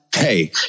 Hey